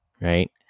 right